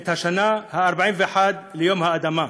את השנה ה-41 ליום האדמה.